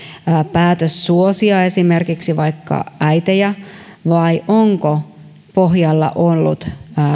päätös suosia esimerkiksi vaikka äitejä vai onko pohjalla ollut